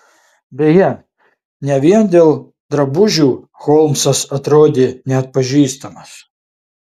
beje ne vien dėl drabužių holmsas atrodė neatpažįstamas